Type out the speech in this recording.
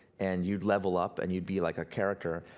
and you'd level up, and you'd be like a character,